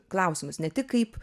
klausimus ne tik kaip